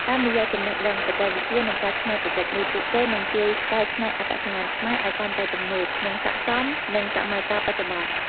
តាមរយៈចំណេះដឹង បច្ចេកវិទ្យា និងការច្នៃប្រឌិតនេះ ពួកគេនឹងជួយកែច្នៃអត្តសញ្ញាណខ្មែរឲ្យកាន់តែទំនើប និងស័ក្តិសមនឹងសម័យកាលបច្ចុប្បន្ន។